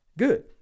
Good